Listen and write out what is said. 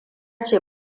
ce